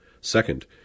Second